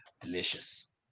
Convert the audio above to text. delicious